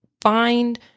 find